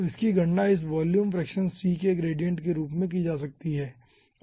तो इसकी गणना इस वॉल्यूम फ्रैक्शन c के ग्रेडिएंट से की जा सकती है